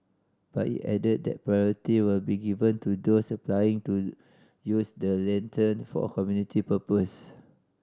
but it added that priority will be given to those applying to use the lantern for community purpose